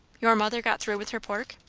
your mother got through with her pork?